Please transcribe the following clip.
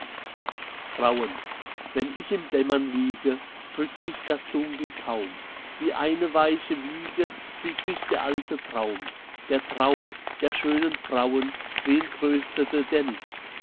frauen wenn ich im dämmern liege drückt mich das dunkel kaum wie eine weiche wiege wiegt mich der alte traum der traum der schönen frauen wen tröstete der nicht